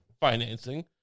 financing